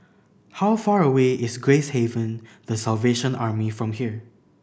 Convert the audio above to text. how far away is Gracehaven The Salvation Army from here